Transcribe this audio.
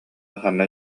ханна